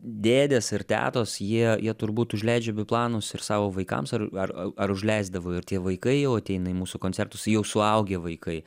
dėdės ir tetos jie jie turbūt užleidžia biplanus ir savo vaikams ar ar ar užleisdavo ir tie vaikai jau ateina į mūsų koncertus jau suaugę vaikai